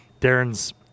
Darren's